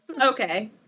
okay